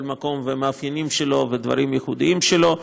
כל מקום והמאפיינים שלו ודברים ייחודיים לו.